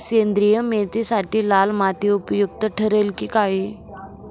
सेंद्रिय मेथीसाठी लाल माती उपयुक्त ठरेल कि काळी?